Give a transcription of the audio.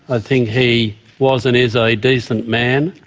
ah think he was and is a decent man.